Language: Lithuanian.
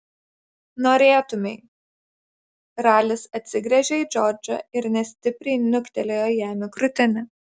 norėtumei ralis atsigręžė į džordžą ir nestipriai niuktelėjo jam į krūtinę